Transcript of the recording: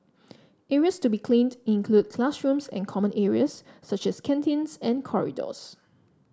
areas to be cleaned include classrooms and common areas such as canteens and corridors